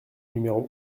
numéro